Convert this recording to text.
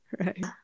right